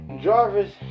Jarvis